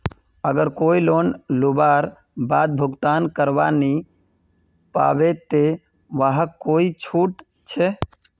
अगर कोई लोन लुबार बाद भुगतान करवा नी पाबे ते वहाक कोई छुट छे?